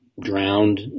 drowned